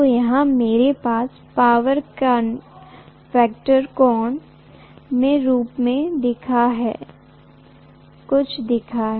तो यहा मेरे पास पावर फैक्टर कोण के रूप में कुछ phi है